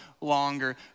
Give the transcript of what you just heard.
longer